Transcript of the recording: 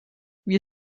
wir